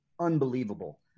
unbelievable